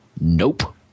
nope